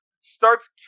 starts